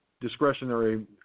discretionary